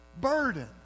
burden